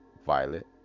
violet